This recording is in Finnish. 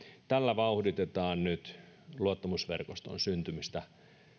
tällä vauhditetaan nyt luottamusverkoston syntymistä